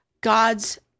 God's